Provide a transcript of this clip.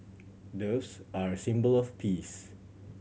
doves are a symbol of peace